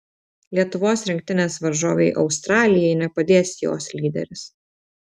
lietuvos rinktinės varžovei australijai nepadės jos lyderis